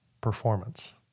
Performance